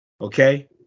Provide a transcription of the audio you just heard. Okay